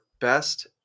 best